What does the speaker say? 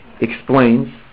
explains